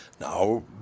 Now